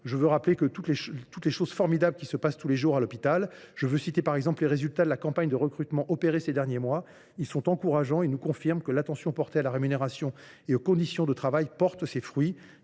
moi également d’évoquer les choses formidables qui se passent tous les jours à l’hôpital. Je citerai ainsi les résultats de la campagne de recrutement lancée ces derniers mois. Ils sont encourageants et nous confirment que l’attention portée à la rémunération et aux conditions de travail porte ses fruits.